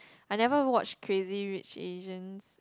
I never watch crazy-rich-asians